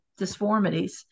disformities